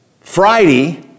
Friday